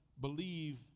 believe